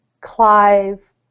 Clive